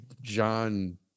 John